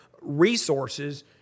resources